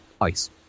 ice